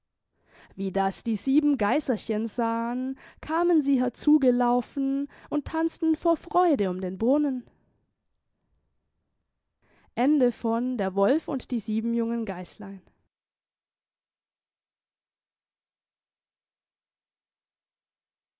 wie das die sieben geiserchen sahen kamen sie herzu gelaufen und tanzten vor freude um den brunnen